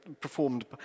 performed